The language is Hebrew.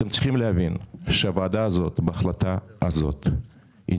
אתם צריכים להבין שהוועדה הזאת בהחלטה הזאת היא